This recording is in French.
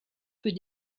peut